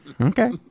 Okay